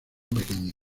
pequeño